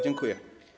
Dziękuję.